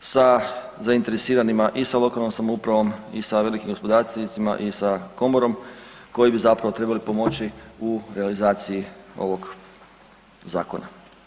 sa zainteresiranima i sa lokalnom samoupravom i sa velikim gospodarstvenicima i sa komorom koji bi zapravo trebali pomoći u realizaciji ovog zakona.